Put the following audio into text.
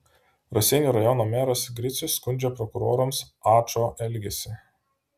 raseinių rajono meras gricius skundžia prokurorams ačo elgesį